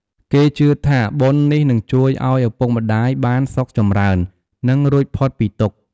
គេជឿថាបុណ្យនេះនឹងជួយឱ្យឪពុកម្តាយបានសុខចម្រើន និងរួចផុតពីទុក្ខ។